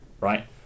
right